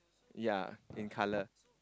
ya in colour